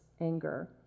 anger